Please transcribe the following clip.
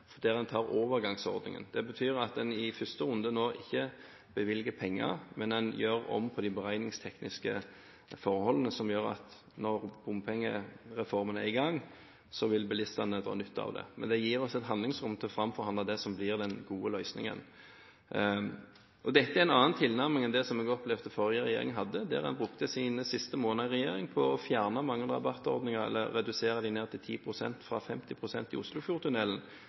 her, der en tar overgangsordningen. Det betyr at en i første runde nå ikke bevilger penger, men at en gjør om på de beregningstekniske forholdene som gjør at når bompengereformen er i gang, vil bilistene dra nytte av det. Men det gir oss et handlingsrom til å framforhandle det som blir den gode løsningen. Dette er en annen tilnærming enn det jeg opplevde at forrige regjering hadde, der en brukte sine siste måneder i regjering på å fjerne mange rabattordninger, eller redusere dem ned til 10 pst., fra 50 pst., i